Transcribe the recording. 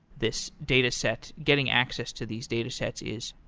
this dataset, getting access to these datasets is,